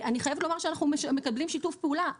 אני חייבת לומר שאנחנו מקבלים שיתוף פעולה,